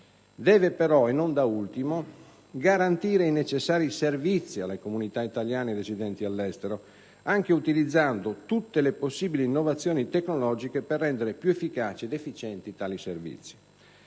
Deve però, e non da ultimo, garantire i necessari servizi alle comunità italiane residenti all'estero, anche utilizzando tutte le possibili innovazioni tecnologiche per rendere più efficaci ed efficienti tali servizi.